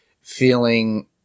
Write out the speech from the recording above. feeling